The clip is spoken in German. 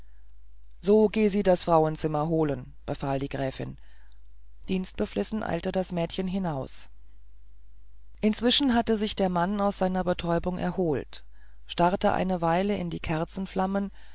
so geh sie das frauenzimmer holen befahl die gräfin dienstbeflissen eilte das mädchen hinaus inzwischen hatte sich der mann aus seiner betäubung erholt starrte eine weile in die